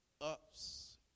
ups